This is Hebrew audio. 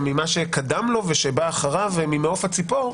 ממה שקדם לו ושבא אחריו ממעוף הציפור,